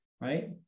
right